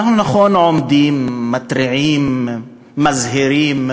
אנחנו, נכון, עומדים, מתריעים, מזהירים,